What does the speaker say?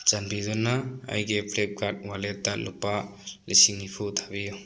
ꯆꯟꯕꯤꯗꯨꯅ ꯑꯩꯒꯤ ꯐ꯭ꯂꯤꯞꯀꯥꯔꯠ ꯋꯥꯂꯦꯠꯇ ꯂꯨꯄꯥ ꯂꯤꯁꯤꯡ ꯅꯤꯐꯨ ꯊꯥꯕꯤꯌꯨ